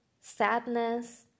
sadness